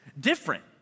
different